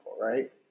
right